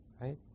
Right